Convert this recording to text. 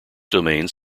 domains